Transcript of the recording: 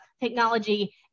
technology